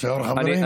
אפשר, חברים?